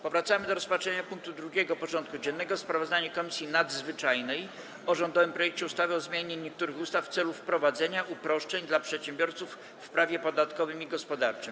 Powracamy do rozpatrzenia punktu 2. porządku dziennego: Sprawozdanie Komisji Nadzwyczajnej o rządowym projekcie ustawy o zmianie niektórych ustaw w celu wprowadzenia uproszczeń dla przedsiębiorców w prawie podatkowym i gospodarczym.